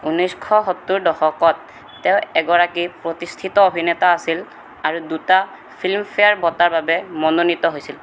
ঊনৈছশ সত্তৰ দশকত তেওঁ এগৰাকী প্ৰতিষ্ঠিত অভিনেতা আছিল আৰু দুটা ফিল্মফেয়াৰ বঁটাৰ বাবে মনোনীত হৈছিল